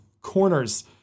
corners